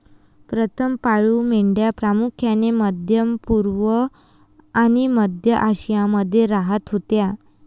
प्रथम पाळीव मेंढ्या प्रामुख्याने मध्य पूर्व आणि मध्य आशियामध्ये राहत होत्या